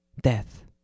death